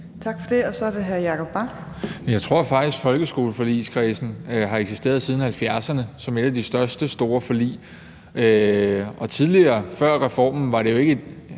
Mark. Kl. 15:58 Jacob Mark (SF): Men jeg tror faktisk, at folkeskoleforligskredsen har eksisteret siden 1970'erne som et af de største forlig. Og tidligere, før reformen, var det jo ikke